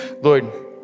Lord